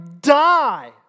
die